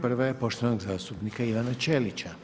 Prva je poštovanog zastupnika Ivana Ćelića.